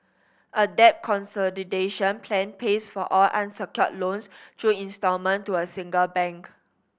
a debt consolidation plan pays for all unsecured loans through instalment to a single bank